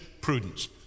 prudence